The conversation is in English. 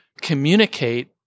communicate